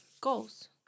goals